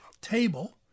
table